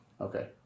okay